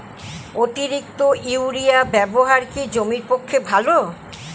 অতিরিক্ত ইউরিয়া ব্যবহার কি জমির পক্ষে ভালো?